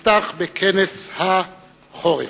הנפתח בכנס החורף.